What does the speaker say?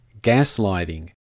gaslighting